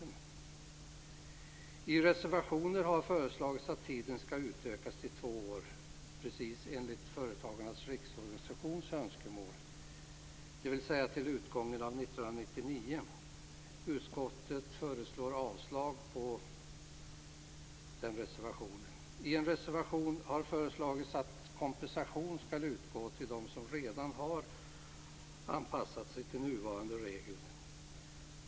I en reservation har föreslagits att tiden, precis som enligt Företagarnas Riksorganisations önskemål, skall utökas till två år, dvs. till utgången av 1999. Utskottet föreslår avslag på den reservationen. I en annan reservation har föreslagits att kompensation skall utgå till dem som redan har anpassat sig till nuvarande regler.